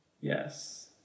Yes